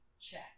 Check